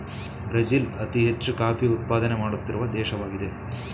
Brazil ಅತಿ ಹೆಚ್ಚು coffee ಉತ್ಪಾದನೆ ಮಾಡುತ್ತಿರುವ ದೇಶವಾಗಿದೆ